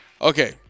Okay